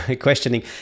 questioning